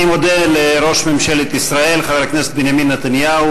אני מודה לראש ממשלת ישראל חבר הכנסת בנימין נתניהו.